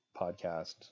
podcast